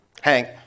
Hank